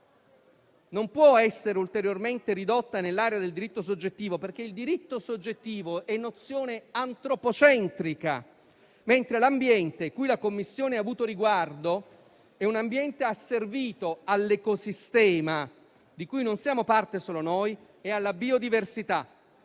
non può essere ulteriormente ridotta nell'area del diritto soggettivo, perché il diritto soggettivo è nozione antropocentrica, mentre l'ambiente a cui la Commissione ha avuto riguardo è un ambiente asservito all'ecosistema, di cui non siamo parte solo noi, e alla biodiversità.